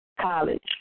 college